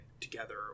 together